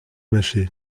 mâché